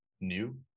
new